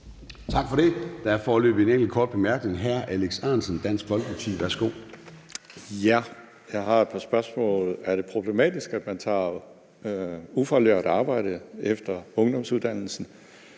Tak for det. Der er foreløbig en enkelt kort bemærkning. Hr. Alex Ahrendtsen, Dansk Folkeparti. Værsgo. Kl. 16:47 Alex Ahrendtsen (DF): Ja, jeg har et par spørgsmål. Er det problematisk, at man tager ufaglært arbejde efter ungdomsuddannelsen?